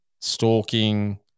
stalking